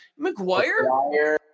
McGuire